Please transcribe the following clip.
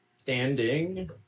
standing